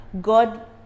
God